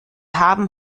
haben